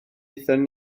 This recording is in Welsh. aethon